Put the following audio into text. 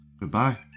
Goodbye